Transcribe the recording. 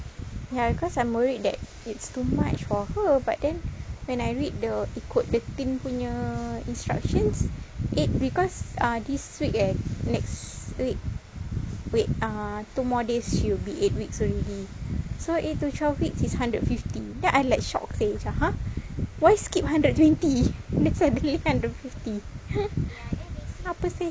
ya because I'm worried that it's too much for her but then when I read the ikut the tin punya instructions eh because ah this week eh next week wait ah two more days she'll be eight weeks already so eight to twelve weeks is hundred fifty then I like shock seh macam !huh! why skip hundred twenty then suddenly hundred fifty apa seh